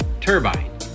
Turbine